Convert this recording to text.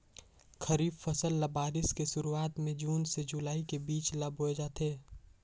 खरीफ फसल ल बारिश के शुरुआत में जून से जुलाई के बीच ल बोए जाथे